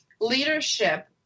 leadership